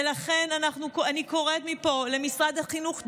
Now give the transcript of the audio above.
ולכן אני קוראת מפה למשרד החינוך,